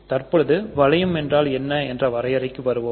தற்பொழுது வளையம் என்றால் என்ன என்ற வரையறைக்கு வருவோம்